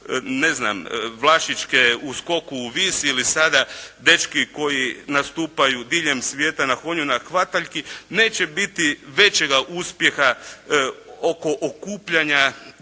ne znam, Vlašićke u skoku u vis ili sada dečki koji nastupaju diljem svijeta na konju na hvataljki neće biti većega uspjeha oko okupljanja